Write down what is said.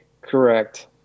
Correct